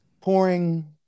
pouring